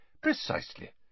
Precisely